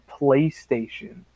playstation